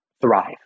thrive